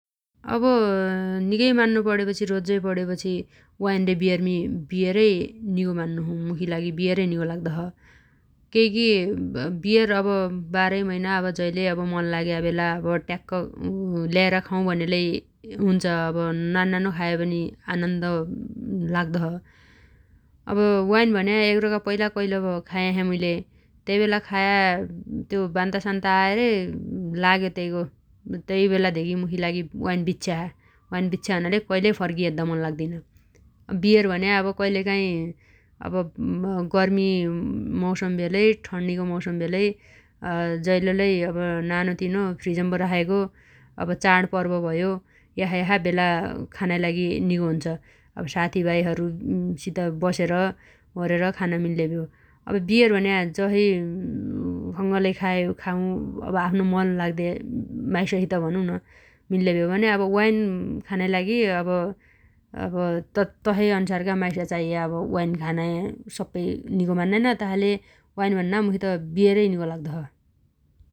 अब निगै मान्नो पणेपछि रोज्जै पणेपछि वाइन रे वियरमी वियरै निगो मान्नोछु मुखी लागि वियरै निगो लाग्दोछ । केइगी वियर अब बारैमैना अब जैलै अब मन लाग्याबेला अब ट्याक्क ल्याएर खाउ भनेलै हुन्छ । अब नान्नानो खायपनि आनन्द लाग्दोछ । अब वाइन भन्या एकरोगा पैला कैलब खायाछ्या मुइले तैबेला खाया त्यो बान्तासान्ता आएरे लाग्यो तैगो तैबेला धेगी मुखी वाइन बिच्छ्या छ । वाइन बिच्छ्या हुनाले कैलै फर्गी हेद्द मन लाग्दिन । वियर भन्या अब कैलकाइ अब गर्मी मौसम भयालै ठण्नी मौसम भयालै जैल लै अब नानो तिनो फ्रिजम्बो राखेगो चाडपर्व भयो यसा यसा बेला खानाइ लागि निगो हुन्छ । अब साथीभाइहरु सित बसेर ओरेर खान मिल्ले भ्यो । अब वियर भन्या जसइ स‌गलै खायो खाउ अब आफ्नो मन लाग्दे माइससित भनु न । अब वाइन खानाइ लागि अब तसैअन्सारगा माइस चाइया अब वाइन खानाइ सप्पै निगो मान्नाइन तासाइले मुखित वाइन भन्ना वियरै निगो लाग्दो छ ।